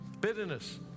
bitterness